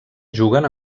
juguen